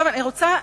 עכשיו אני רוצה,